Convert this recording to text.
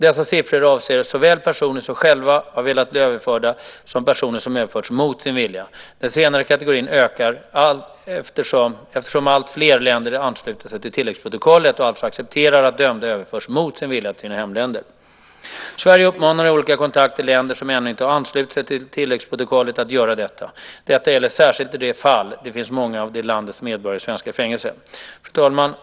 Dessa siffror avser såväl personer som själva har velat bli överförda som personer som överförts mot sin vilja. Den senare kategorin ökar eftersom alltfler länder ansluter sig till tilläggsprotokollet och alltså accepterar att dömda överförs mot sin vilja till sina hemländer. Sverige uppmanar i olika kontakter länder som ännu inte har anslutit sig till tilläggsprotokollet att göra det. Detta gäller särskilt i de fall det finns många av det landets medborgare i svenska fängelser. Fru talman!